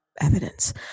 evidence